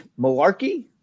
Malarkey